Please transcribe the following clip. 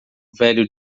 velho